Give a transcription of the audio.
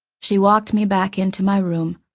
she walked me back into my room,